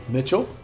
Mitchell